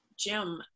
Jim